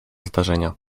zdarzenia